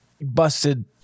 busted